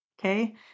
Okay